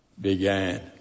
began